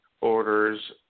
orders